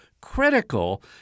critical